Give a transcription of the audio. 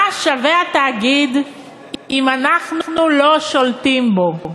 מה שווה התאגיד אם אנחנו לא שולטים בו?